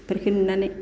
बेफोरखो नुनानै